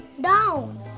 down